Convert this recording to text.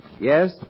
Yes